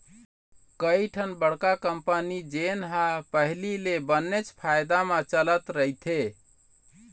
कइठन बड़का कंपनी जेन ह पहिली ले बनेच फायदा म चलत रहिथे